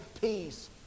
peace